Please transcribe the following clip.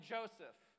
Joseph